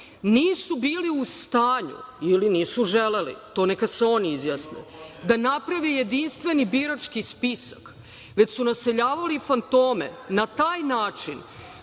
Nisu bili u stanju, ili nisu želeli, to neka se oni izjasne, da naprave jedinstveni birački spisak, već su naseljavali fantome na taj način